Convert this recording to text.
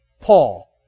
Paul